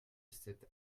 cet